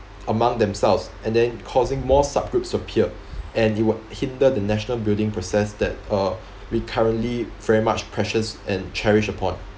among themselves and then causing more subgroups to appear and it would hinder the national building process that uh we currently very much precious and cherish upon